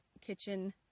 kitchen